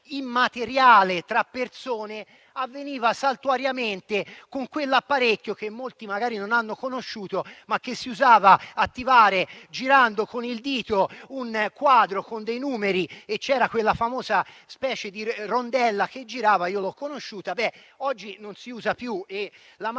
immateriale tra persone avveniva saltuariamente con quell'apparecchio, che molti magari non hanno conosciuto, che si usava attivare girando con il dito un quadro con dei numeri, e c'era quella famosa specie di rondella che girava (io l'ho conosciuta), e che oggi non si usa più. La massiva